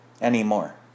anymore